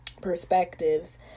perspectives